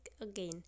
again